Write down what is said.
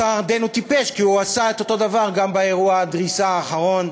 השר ארדן הוא טיפש כי הוא עשה את אותו דבר גם באירוע הדריסה האחרון.